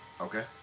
Okay